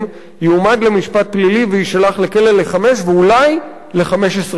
יועמד למשפט פלילי ויישלח לכלא לחמש ואולי ל-15 שנים.